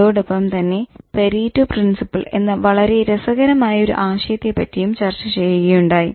അതോടൊപ്പം തന്നെ "Pareto principle" എന്ന വളരെ രസകരമായ ഒരു ആശയത്തെ പറ്റിയും ചർച്ച ചെയ്യുകയുണ്ടായി